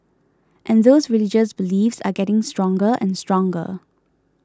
and those religious beliefs are getting stronger and stronger